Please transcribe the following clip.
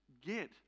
get